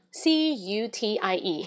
c-u-t-i-e